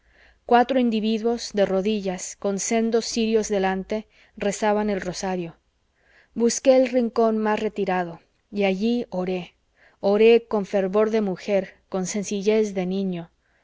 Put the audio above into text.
cuatro individuos de rodillas con sendos cirios delante rezaban el rosario busqué el rincón más retirado y allí oré oré con fervor de mujer con sencillez de niño